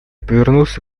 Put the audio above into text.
повернулся